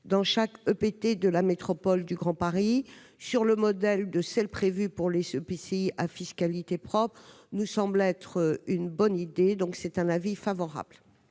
dans chaque EPT de la métropole du Grand Paris sur le modèle de celle prévue pour les EPCI à fiscalité propre nous semble être une bonne idée. La commission émet donc un avis favorable.